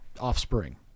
offspring